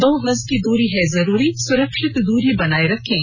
दो गज की दूरी है जरूरी सुरक्षित दूरी बनाए रखें